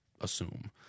assume